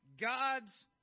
God's